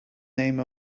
name